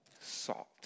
salt